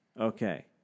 okay